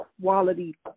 quality